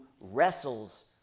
wrestles